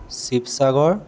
Sivasagar